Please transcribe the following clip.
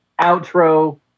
outro